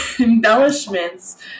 embellishments